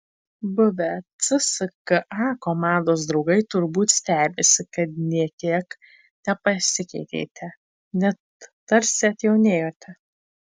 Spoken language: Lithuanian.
buvę cska komandos draugai turbūt stebisi kad nė kiek nepasikeitėte net tarsi atjaunėjote